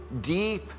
deep